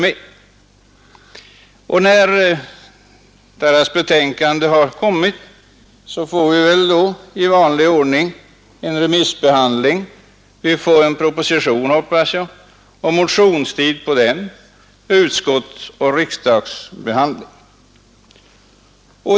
När betänkandet har kommit blir det väl i vanlig ordning remissbehandling. Vi får så en proposition, hoppas jag, samt motionstid i anslutning till den, och vi får utskottsoch riksdagsbehandling.